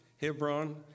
Hebron